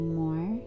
more